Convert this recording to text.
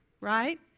right